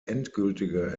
endgültige